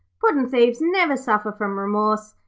puddin'-thieves never suffer from remorse.